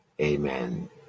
Amen